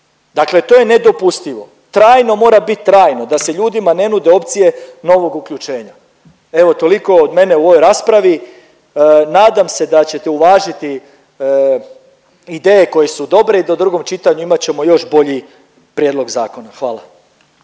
Dakle, to je nedopustivo. Trajno mora biti trajno da se ljudima ne nude opcije novog uključenja. Evo toliko od mene u ovoj raspravi, nadam se da ćete uvažiti ideje koje su dobre i do drugog čitanja imat ćemo još bolji prijedlog zakona. Hvala.